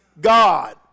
God